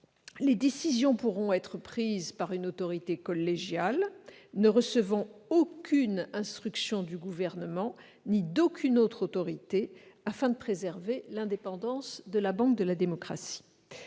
les décisions pourront être prises par une autorité collégiale ne recevant aucune instruction du Gouvernement non plus que d'une autre autorité, afin de préserver l'indépendance de la banque de la démocratie.